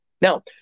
Now